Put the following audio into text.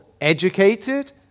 educated